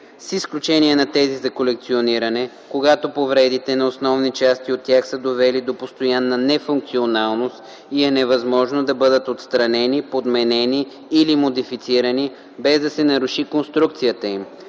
с изключение на тези за колекциониране, когато повредите на основни части от тях са довели до постоянна нефункционалност и е невъзможно да бъдат отстранени, подменени или модифицирани, без да се наруши конструкцията им;